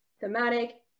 thematic